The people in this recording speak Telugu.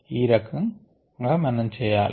ఈ రకంగా మనం చేయాలి